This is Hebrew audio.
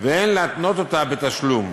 ואין להתנות אותה בתשלום,